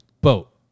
boat